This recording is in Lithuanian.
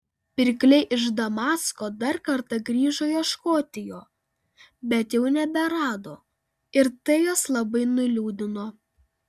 pirkliai iš damasko dar kartą grįžo ieškoti jo bet jau neberado ir tai juos labai nuliūdino